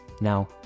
Now